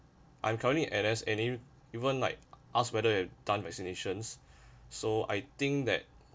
I'm currently N_S and ev~ even like asked whether have done vaccinations so I think that